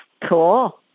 Cool